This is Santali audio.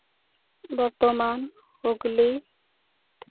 ᱵᱚᱨᱫᱷᱚᱢᱟᱱ ᱦᱩᱜᱽᱞᱤ